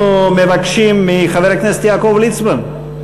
אנחנו מבקשים מחבר הכנסת יעקב ליצמן.